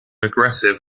aggressive